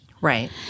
Right